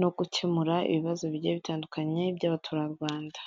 no gukemura ibibazo bigiye bitandukanye by'abaturarwanda.